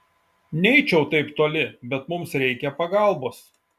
neeičiau taip toli bet mums reikia pagalbos